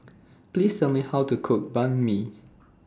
Please Tell Me How to Cook Banh MI